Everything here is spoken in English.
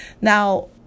Now